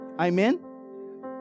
amen